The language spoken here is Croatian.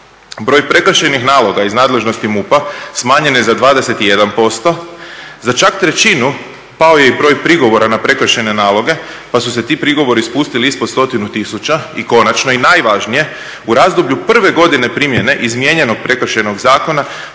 Broj prekršajnih naloga iz nadležnosti MUP-a smanjen je za 21%. Za čak trećinu pao je i broj prigovora na prekršajne naloge, pa su se ti prigovori spustili ispod stotinu tisuća. I konačno i najvažnije u razdoblju prve godine primjene izmijenjenog Prekršajnog zakona